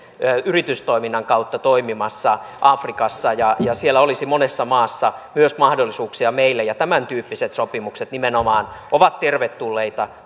yritystoiminnan kautta toimimassa afrikassa ja siellä olisi monessa maassa mahdollisuuksia myös meille ja tämäntyyppiset sopimukset nimenomaan ovat tervetulleita